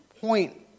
point